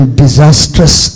disastrous